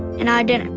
and i didn't.